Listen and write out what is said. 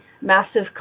massive